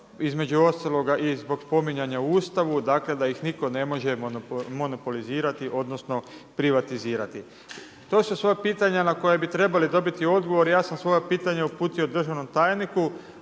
između ostaloga i zbog spominjanja u Ustavu, dakle da ih nitko ne može monopolizirati, odnosno privatizirati. To su sva pitanja na koje bi trebali dobiti odgovor. Ja sam svoje pitanje uputio državnom tajniku,